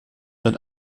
wird